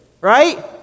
right